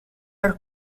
are